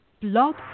blog